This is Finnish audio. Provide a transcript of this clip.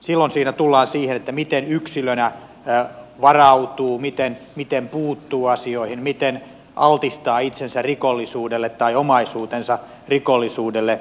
silloin siinä tullaan siihen miten yksilönä varautuu miten puuttuu asioihin miten altistaa itsensä rikollisuudelle tai omaisuutensa rikollisuudelle